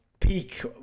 peak